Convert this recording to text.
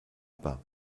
pas